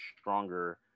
stronger –